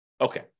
Okay